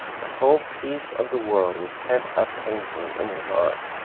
the whole peace of the world was pent up painfully in his heart.